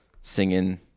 singing